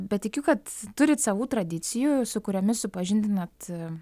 bet tikiu kad turit savų tradicijų su kuriomis supažindinat